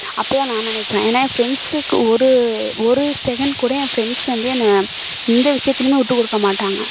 அப்படி தான் நான் நினைப்பேன் ஏன்னால் என் ஃப்ரெண்ட்ஸுக்கு ஒரு ஒரு செகண்ட் கூட என் ஃப்ரெண்ட்ஸ் வந்து என்னை எந்த விஷயத்துலையுமே விட்டு கொடுக்க மாட்டாங்க